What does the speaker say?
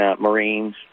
Marines